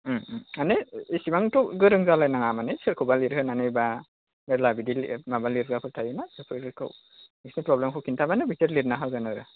माने इसिबांथ' गोरों जालायनाङा माने सोरखौबा लिरहोनानै बा सोरबा बिदि माबा लिरग्रा थायो ना बिखौ प्रब्लेमखौ खिन्थाबानो लिरना होगोन आरो